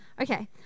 Okay